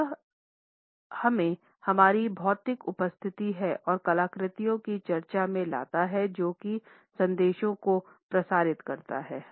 यह हमें हमारी भौतिक उपस्थिति और कलाकृतियों की चर्चा में लाता है जो कि संदेशों को प्रसारित करता है